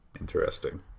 Interesting